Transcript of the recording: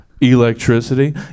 Electricity